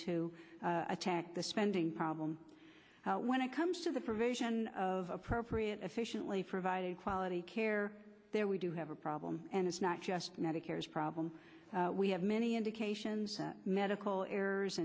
to attack the spending problem when it comes to the provision of appropriate efficiently providing quality care there we do have a problem and it's not just medicare's problem we have many indications medical errors